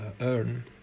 earn